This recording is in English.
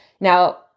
Now